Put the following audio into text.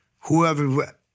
Whoever